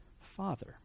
father